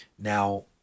Now